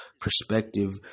perspective